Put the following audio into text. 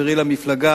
חברי למפלגה,